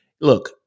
look